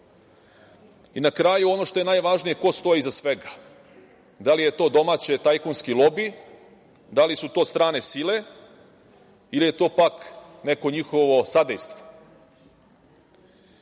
I, na kraju, ono što je najvažnije, ko stoji iza svega? Da li je to domaći tajkunski lobi, da li su to strane sile ili je to pak neko njihovo sadejstvo? Dok